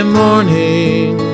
morning